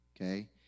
okay